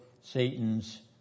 Satan's